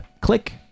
click